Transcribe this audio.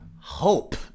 hope